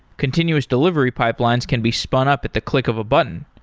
continuous delivery pipelines can be spun up at the click of a button.